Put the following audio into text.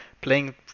playing